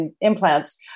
implants